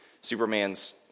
Superman's